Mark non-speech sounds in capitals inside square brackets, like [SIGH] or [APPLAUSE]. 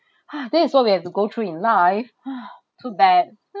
[NOISE] this is what we have to go through in life [NOISE] too bad